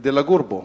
כדי לגור בו,